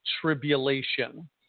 tribulation